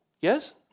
Yes